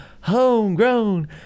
homegrown